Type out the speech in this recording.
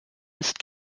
ist